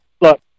look